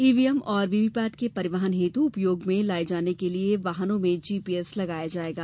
EVM एवं V VVPAT के परिवहन हेत् उपयोग में लाये जाने हेत् वाहनों में जीपीएस लगाया जायेगा